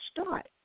start